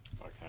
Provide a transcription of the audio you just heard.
okay